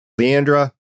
Leandra